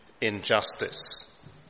injustice